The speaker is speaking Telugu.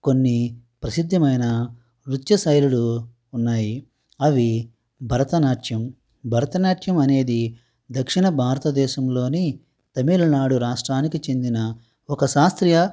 కొన్ని ప్రసిద్ధమైన నృత్య శైలులు ఉన్నాయి అవి భరతనాట్యం భరతనాట్యం అనేది దక్షిణ భారతదేశంలోని తమిళనాడు రాష్ట్రానికి చెందిన ఒక శాస్త్రీయ